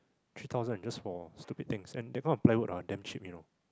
three thousand just for stupid things and that kind of plywood ah damn cheap you know